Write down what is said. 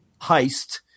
heist